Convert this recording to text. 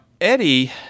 eddie